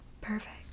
Perfect